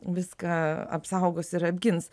viską apsaugos ir apgins